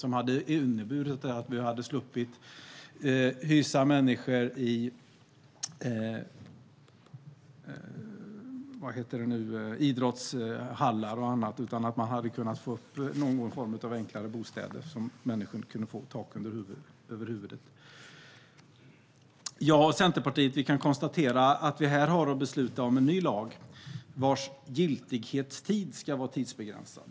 Det hade inneburit att vi sluppit hysa människor i idrottshallar och annat, utan vi hade kunnat få fram någon form av enklare bostäder så att människor kunde få tak över huvudet. Jag och Centerpartiet kan konstatera att vi här har att besluta om en ny lag vars giltighetstid ska vara tidsbegränsad.